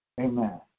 Amen